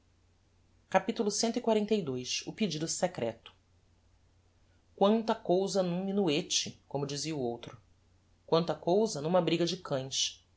etc capitulo cxlii o pedido secreto quanta cousa n'um minuete como dizia o outro quanta cousa n'uma briga de cães